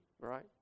right